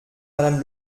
madame